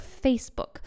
Facebook